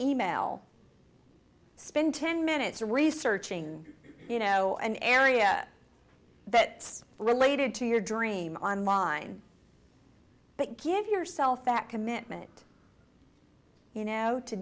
e mail spend ten minutes researching you know an area that's related to your dream online but give yourself that commitment you know to